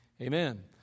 Amen